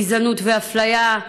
גזענות ואפליה,